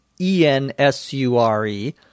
E-N-S-U-R-E